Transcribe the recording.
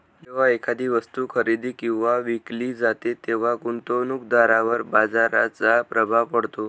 जेव्हा एखादी वस्तू खरेदी किंवा विकली जाते तेव्हा गुंतवणूकदारावर बाजाराचा प्रभाव पडतो